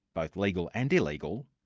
both legal and illegal,